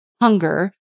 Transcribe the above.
hunger